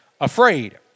afraid